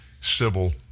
Civil